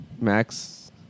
Max